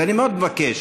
ואני מאוד מבקש,